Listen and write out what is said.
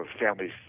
families